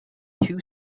two